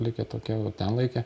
likę tokie vat ten laikė